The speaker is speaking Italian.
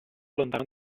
lontano